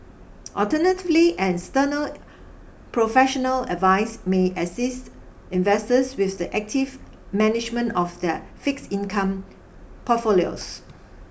alternatively an external professional advise may assist investors with the active management of their fixed income portfolios